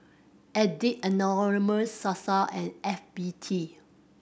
Addict Anonymous Sasa and F B T